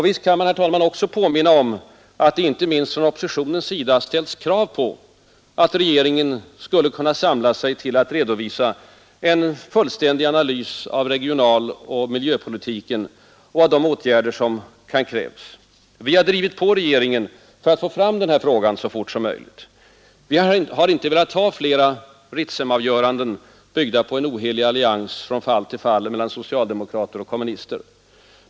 Visst kan man, herr talman, också erinra om att det inte minst från oppositionens sida ställts krav på att regeringen skulle kunna samla sig till att redovisa en fullständig analys av regionaloch miljöpolitiken och av de åtgärder i olika hänseenden som kan krävas. Vi har drivit på regeringen för att få fram frågan så fort som möjligt. Vi har inte velat ha flera Ritsemavgöranden, byggda på en ohelig allians från fall till fall mellan socialdemokrater och kommunister.